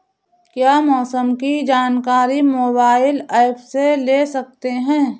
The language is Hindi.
क्या मौसम की जानकारी मोबाइल ऐप से ले सकते हैं?